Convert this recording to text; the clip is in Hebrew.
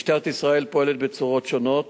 משטרת ישראל פועלת בצורות שונות,